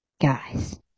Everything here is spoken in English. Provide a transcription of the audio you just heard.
guys